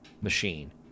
machine